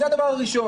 זה הדבר הראשון.